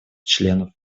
членов